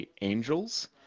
angels